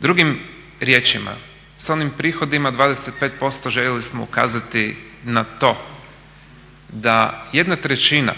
Drugim riječima, s onim prihodima 25% željeli smo ukazati na to da 1/3